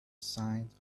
signs